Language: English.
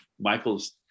Michael's